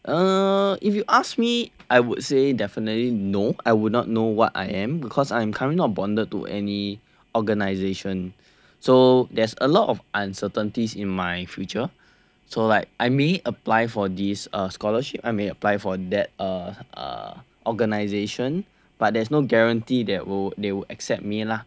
uh if you asked me I would say definitely no I would not know what I am because I'm currently not bonded to any organization so there's a lot of uncertainties in my future so like I may apply for this uh scholarship I may apply for that uh uh organization but there is no guarantee that will they will accept me lah so currently